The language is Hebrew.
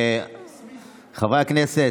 חברי הכנסת,